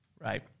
right